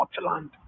Scotland